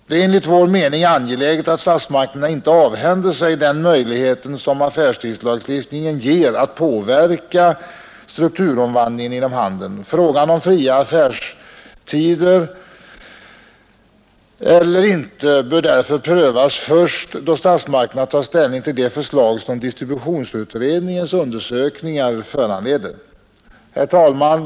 Det är enligt vår mening angeläget att statsmakterna inte avhänder sig den möjlighet som affärstidslagstiftningen ger att påverka strukturomvandlingen inom handeln. Frågan om man skall ha fria affärstider eller inte bör därför prövas först då statsmakterna tar ställning till de förslag som distributionsutredningens undersökningar föranleder. Herr talman!